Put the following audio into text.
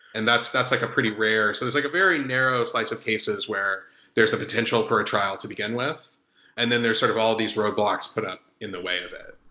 and that's that's like a pretty rare so there's like a very narrow slice of cases where there's a potential for a trial to begin with and then there's sort of all these roadblocks put up in the way of.